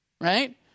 right